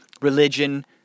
Religion